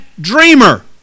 dreamer